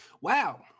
Wow